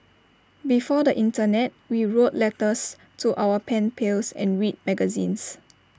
before the Internet we wrote letters to our pen pals and read magazines